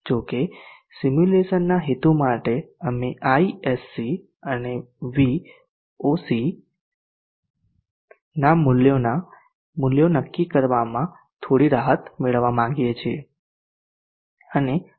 જો કે સિમ્યુલેશનના હેતુ માટે અમે ISC અને VOC ના મૂલ્યોના મૂલ્યો નક્કી કરવામાં થોડી રાહત મેળવવા માંગીએ છીએ